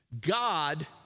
God